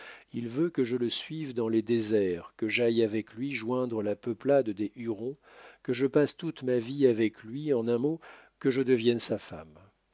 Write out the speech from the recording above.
il veut que je le suive dans les déserts que j'aille avec lui joindre la peuplade des hurons que je passe toute ma vie avec lui en un mot que je devienne sa femme